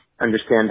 understand